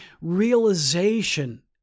realization